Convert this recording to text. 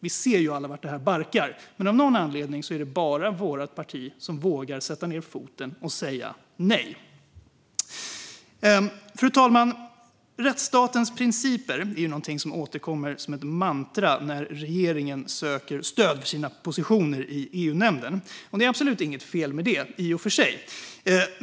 Vi ser alla vartåt detta barkar, men av någon anledning är det bara vårt parti som vågar sätta ned foten och säga nej. Fru talman! Rättsstatens principer återkommer som ett mantra när regeringen söker stöd för sina positioner i EU-nämnden. Och det är absolut inget fel med det - i och för sig.